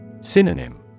Synonym